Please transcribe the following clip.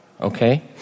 okay